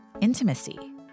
intimacy